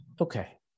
Okay